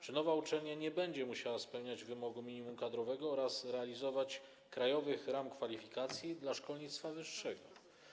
Czy nowa uczelnia nie będzie musiała spełniać wymogu minimum kadrowego oraz realizować krajowych ram kwalifikacji dla szkolnictwa wyższego?